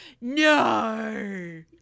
No